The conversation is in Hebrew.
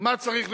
מה צריך לדאוג,